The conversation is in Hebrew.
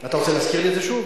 אתה רוצה להזכיר לי את זה שוב?